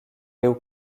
léo